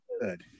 good